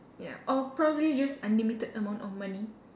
ya or probably just unlimited amount of money